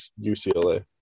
UCLA